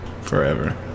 Forever